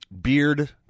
Beard